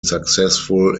successful